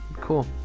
cool